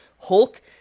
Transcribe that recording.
Hulk